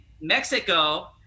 Mexico